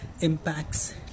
impacts